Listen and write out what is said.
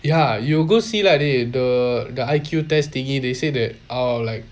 ya you go see lah dey the I_Q test thingy they say that err like